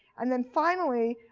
and then finally,